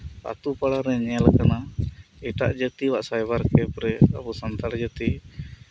ᱟᱹᱛᱳ ᱯᱟᱲᱟᱨᱮ ᱧᱮᱞ ᱟᱠᱟᱱᱟ ᱮᱴᱟᱜ ᱡᱟᱹᱛᱤᱭᱟᱜ ᱥᱟᱭᱵᱟᱨ ᱠᱮᱯᱷ ᱨᱮ ᱟᱵᱚ ᱥᱟᱱᱛᱟᱲ ᱡᱟᱹᱛᱤ